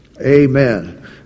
Amen